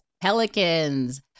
Pelicans